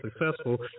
successful